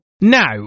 Now